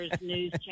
news